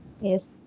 Yes